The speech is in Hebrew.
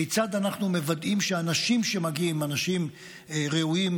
כיצד אנחנו מוודאים שהאנשים שמגיעים הם אנשים ראויים,